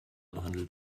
behandelt